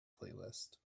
playlist